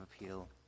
Appeal